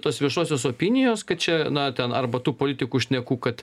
tos viešosios opinijos kad čia na ten arba tų politikų šnekų kad